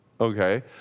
Okay